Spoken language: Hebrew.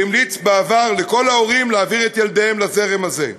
והמליץ בעבר לכל ההורים להעביר את ילדיהם לזרם הזה,